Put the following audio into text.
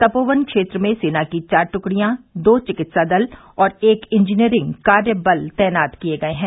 तपोवन क्षेत्र में सेना की चार ट्कडियां दो चिकित्सा दल और एक इंजीनियरिंग कार्यबल तैनात किए गए हैं